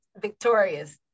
victorious